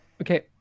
Okay